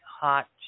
hot